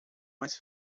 mais